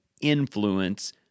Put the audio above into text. influence